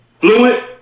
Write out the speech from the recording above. fluent